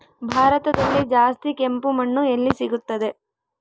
ಭಾರತದಲ್ಲಿ ಜಾಸ್ತಿ ಕೆಂಪು ಮಣ್ಣು ಎಲ್ಲಿ ಸಿಗುತ್ತದೆ?